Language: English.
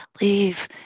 leave